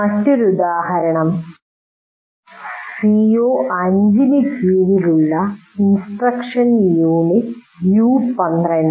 മറ്റൊരു ഉദാഹരണം CO5 ന് കീഴിലുള്ള ഇൻസ്ട്രക്ഷൻ യൂണിറ്റ് U12